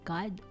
God